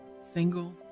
single